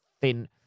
thin